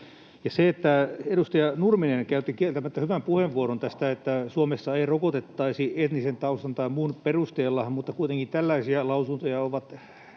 Edustaja Nurminen käytti kieltämättä hyvän puheenvuoron tästä, että Suomessa ei rokotettaisi etnisen taustan tai muun perusteella, mutta tällaisia lausuntoja ovat